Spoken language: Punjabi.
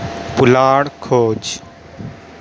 ਪੁਲਾੜ ਖੋਜ